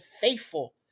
faithful